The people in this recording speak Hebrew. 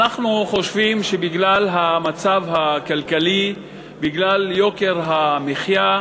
אנחנו חושבים שבגלל המצב הכלכלי, בגלל יוקר המחיה,